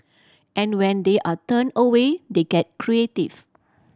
and when they are turned away they get creative